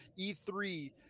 E3